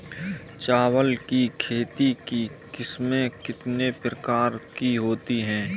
चावल की खेती की किस्में कितने प्रकार की होती हैं?